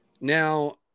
Now